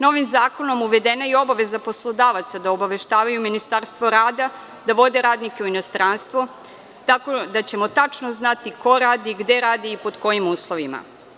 Novim Zakonom uvedena je i obaveza poslodavaca da obaveštavaju Ministarstvo rada da vodi radnike u inostranstvo, tako da ćemo tačno znati ko radi, gde radi i pod kojim uslovima.